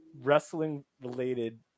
wrestling-related